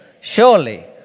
Surely